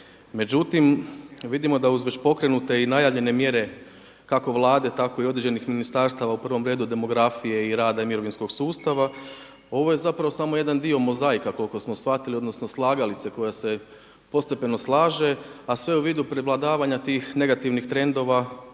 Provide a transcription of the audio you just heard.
Međutim, vidimo da uz već pokrenute i najavljene mjere kako Vlade, tako i određenih ministarstava u prvom redu demografije i rada i mirovinskog sustava ovo je zapravo samo jedan dio mozaika koliko smo shvatili, odnosno slagalice koja se postepeno slaže, a sve u vidu prevladavanja tih negativnih trendova